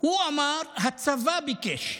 הוא אמר: הצבא ביקש.